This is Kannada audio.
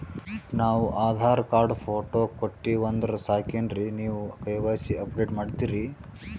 ನಾವು ಆಧಾರ ಕಾರ್ಡ, ಫೋಟೊ ಕೊಟ್ಟೀವಂದ್ರ ಸಾಕೇನ್ರಿ ನೀವ ಕೆ.ವೈ.ಸಿ ಅಪಡೇಟ ಮಾಡ್ತೀರಿ?